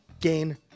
gain